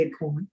Bitcoin